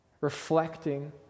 reflecting